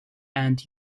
and